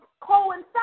coincide